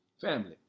Family